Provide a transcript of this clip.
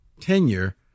tenure